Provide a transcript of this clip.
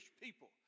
people